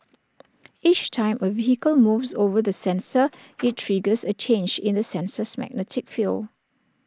each time A vehicle moves over the sensor IT triggers A change in the sensor's magnetic field